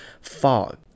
fog